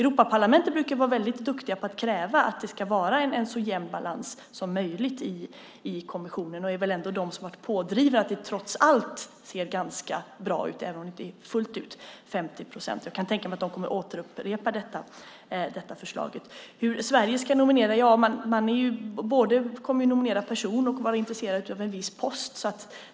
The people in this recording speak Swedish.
Europaparlamentet brukar vara väldigt duktigt på att kräva att det ska vara en så jämn balans som möjligt i kommissionen och har ändå varit pådrivande för att det trots allt ser ganska bra ut även om det inte fullt ut är 50 procent. Jag kan tänka mig att man kommer att återupprepa detta förslag. Hur ska Sverige nominera? Man kommer att både nominera person och vara intresserad av en viss post.